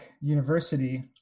University